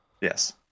Yes